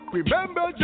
Remember